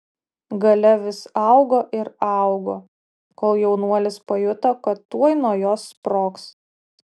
galia vis augo ir augo kol jaunuolis pajuto kad tuoj nuo jos sprogs